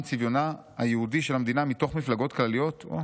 צביונה היהודי של המדינה מתוך מפלגות כלליות" אוה,